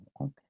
okay